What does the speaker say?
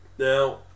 Now